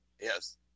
Yes